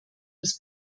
des